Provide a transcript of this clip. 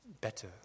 better